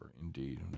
indeed